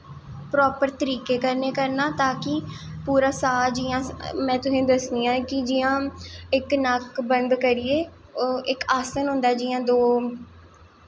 proper तरीके कन्नै करनां ताकि पूरा साह् जियां में जुसेंगी दस्सनी आं कि इक आसन होंदा जियां इक दो